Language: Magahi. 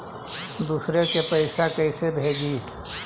दुसरे के पैसा कैसे भेजी?